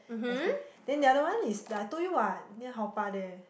I stay then the other one is the I told you what near Haw-Par there